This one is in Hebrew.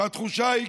והתחושה היא,